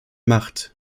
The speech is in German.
macht